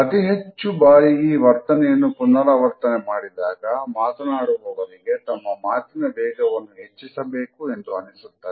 ಅತಿಹೆಚ್ಚು ಬಾರಿ ಈ ವರ್ತನೆಯನ್ನು ಪುನರಾವರ್ತನೆ ಮಾಡಿದಾಗ ಮಾತನಾಡುವವರಿಗೆ ತಮ್ಮ ಮಾತಿನ ವೇಗವನ್ನು ಹೆಚ್ಚಿಸಬೇಕು ಎಂದು ಅನಿಸುತ್ತದೆ